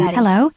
Hello